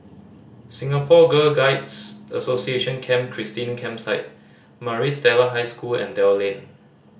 Singapore Girl Guides Association Camp Christine Campsite Maris Stella High School and Dell Lane